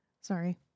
Sorry